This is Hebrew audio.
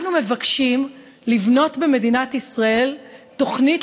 אנחנו מבקשים לבנות במדינת ישראל תוכנית